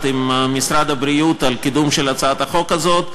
עם משרד הבריאות על קידום הצעת החוק הזאת.